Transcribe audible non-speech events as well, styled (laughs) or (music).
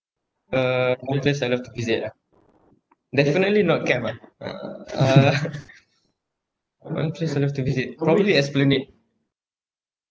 uh one place I love to visit ah definitely not cab ah uh (laughs) one place I love to visit probably esplanade